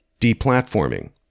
deplatforming